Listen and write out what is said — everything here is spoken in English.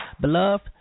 Beloved